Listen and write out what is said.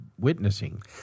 witnessing